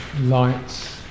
Lights